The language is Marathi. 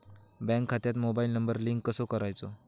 बँक खात्यात मोबाईल नंबर लिंक कसो करायचो?